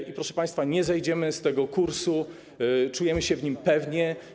I proszę państwa, nie zejdziemy z tego kursu, czujemy się na nim pewnie.